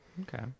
Okay